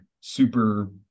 super